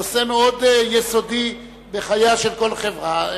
נושא מאוד יסודי בחייה של כל חברה.